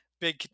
Big